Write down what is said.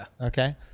Okay